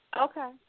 Okay